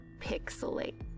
pixelate